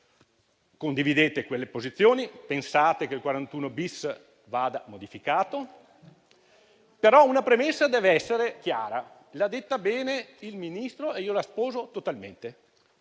condividono quelle posizioni, se pensano che il 41-*bis* vada modificato. Tuttavia una premessa deve essere chiara: l'ha detta bene il Ministro e io la sposo totalmente.